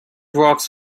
rocks